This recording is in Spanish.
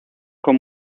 con